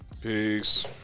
Peace